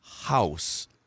house